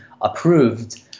approved